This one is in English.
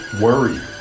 worry